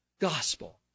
gospel